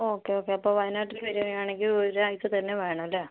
okay okay അപ്പോൾ വയനാട്ടിൽ വരുവാണെങ്കിൽ ഒരാഴ്ച്ച തന്നെ വേണം അല്ലേ